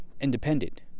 independent